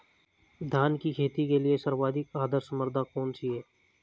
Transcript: धान की खेती के लिए सर्वाधिक आदर्श मृदा कौन सी है?